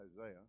Isaiah